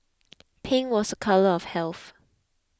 pink was a colour of health